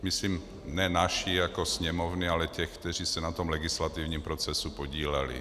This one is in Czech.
Myslím ne naší sněmovny, ale těch, kteří se na tom legislativním procesu podíleli.